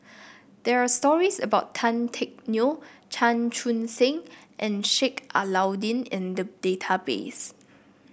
there are stories about Tan Teck Neo Chan Chun Sing and Sheik Alau'ddin in the database